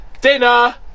dinner